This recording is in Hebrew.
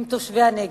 עם תושבי הנגב.